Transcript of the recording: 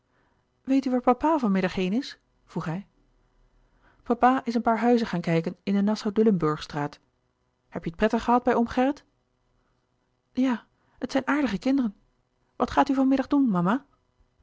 weet u waar papa van middag heen is vroeg hij papa is een paar huizen gaan kijken in de nassau dillenburgstraat heb je het prettig gehad bij oom gerrit ja het zijn aardige kinderen wat gaat u van middag doen mama